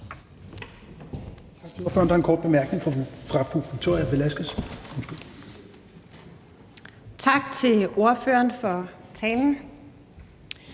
Tak til ordføreren for talen.